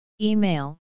Email